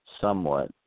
somewhat